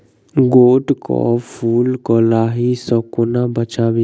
गोट केँ फुल केँ लाही सऽ कोना बचाबी?